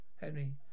Henry